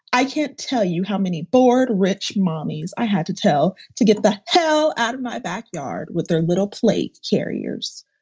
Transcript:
i can't tell you how many bored rich mommies i have to tell to get the hell out of my backyard with their little plate carriers.